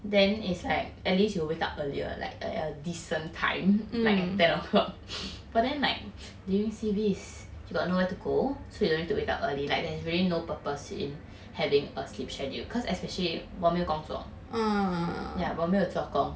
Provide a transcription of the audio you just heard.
then it's like at least you will wake up earlier like a decent time like ten o'clock but then like during C_B is you got nowhere to go so you don't need to wake up early like there's really no purpose in having a sleep schedule cause especially 我没有工作 yeah 我没有做工